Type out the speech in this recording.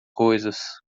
coisas